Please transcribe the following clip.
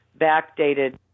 backdated